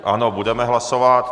Ano, budeme hlasovat.